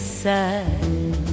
side